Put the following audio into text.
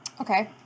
Okay